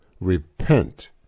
Repent